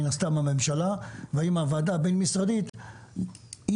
מן הסתם הממשלה; והאם הוועדה הבין-משרדית היא